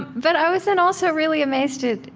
but i was then also really amazed to